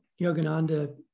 Yogananda